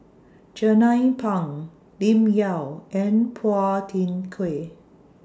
Jernnine Pang Lim Yau and Phua Thin Kiay